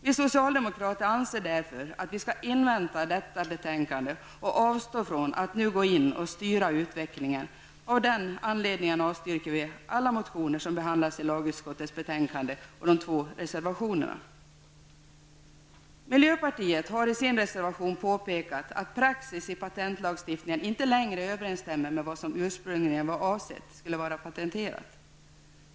Vi socialdemokrater anser därför att vi skall invänta detta betänkande och avstå från att nu gå in och styra utvecklingen. Av den anledningen avstyrker vi alla motioner som behandlas i lagutskottets betänkande och de två reservationerna. Miljöpartiet har i sin reservation påpekat att praxis i patentlagstiftningen inte längre överensstämmer med vad som ursprungligen var avsett skulle vara patenterbart.